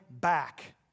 back